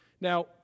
now